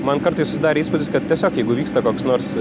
man kartais susidarė įspūdis kad tiesiog jeigu vyksta koks nors